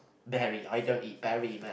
berry I don't eat berry man